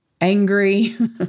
angry